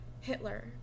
Hitler